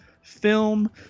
Film